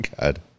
God